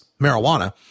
marijuana